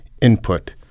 input